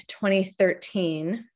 2013